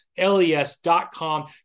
LES.com